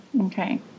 Okay